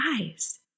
eyes